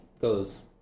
goes